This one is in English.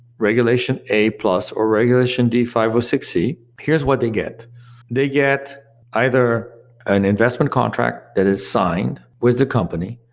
regulation a plus, or regulation d five or six c, here's what they get they get either an investment contract that is signed with the company,